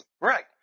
Right